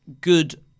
good